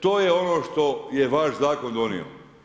To je ono što je vaš zakon donio.